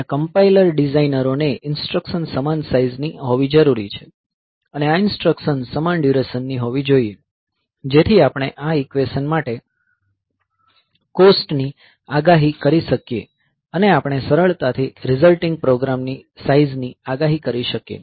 જ્યાં કમ્પાઇલર ડિઝાઇનરોને ઈન્સ્ટ્રકશન સમાન સાઈઝ ની હોવી જરૂરી છે અને આ ઈન્સ્ટ્રકશન સમાન ડ્યુરેશન ની હોવી જોઈએ જેથી આપણે આ ઇક્વેશન માટે કોસ્ટ ની આગાહી કરી શકીએ અને આપણે સરળતાથી રીઝલ્ટીંગ પ્રોગ્રામની સાઈઝની આગાહી કરી શકીએ